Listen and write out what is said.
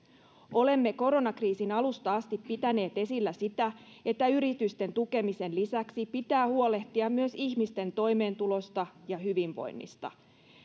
olemme koronakriisin alusta asti pitäneet esillä sitä että yritysten tukemisen lisäksi pitää huolehtia myös ihmisten toimeentulosta ja hyvinvoinnista